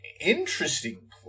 interesting